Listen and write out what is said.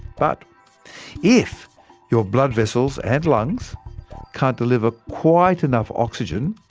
but if your blood vessels and lungs can't deliver quite enough oxygen,